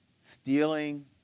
stealing